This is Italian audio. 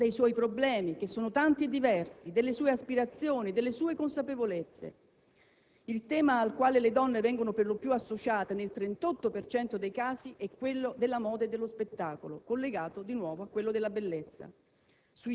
dei suoi problemi (che sono tanti e diversi), delle sue aspirazioni, delle sue consapevolezze. Il tema al quale le donne vengono per lo più associate, nel 38 per cento dei casi, è quello della moda e dello spettacolo, collegato di nuovo a quello della bellezza;